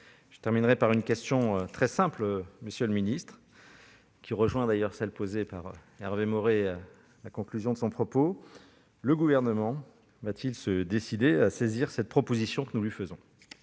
Je terminerai par une question très simple, qui rejoint celle posée par Hervé Maurey en conclusion de son propos : le Gouvernement va-t-il se décider à saisir cette proposition que nous lui faisons ?